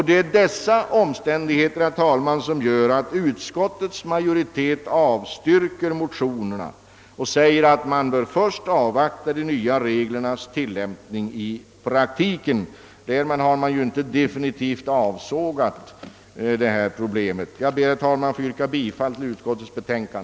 Det är dessa omständigheter, herr talman, som gör att utskottsmajoriteten avstyrker motionerna och anser att vi bör avvakta de nya reglernas tillämpning i praktiken. Därmed har ju frågan inte definitivt avsågats. Jag ber, herr talman, att få yrka bifall till utskottets hemställan.